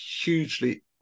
hugely